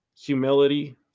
humility